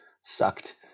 sucked